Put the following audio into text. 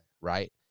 right